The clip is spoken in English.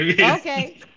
okay